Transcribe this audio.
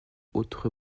autre